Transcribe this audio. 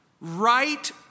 Right